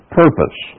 purpose